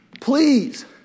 please